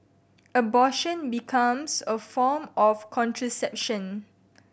abortion becomes a form of contraception